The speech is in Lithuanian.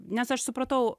nes aš supratau